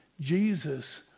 Jesus